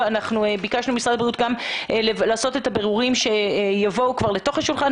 ביקשנו ממשרד הבריאות לעשות את הבירורים שיגיעו כבר לתוך השולחן